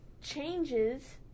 changes